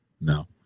No